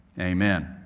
Amen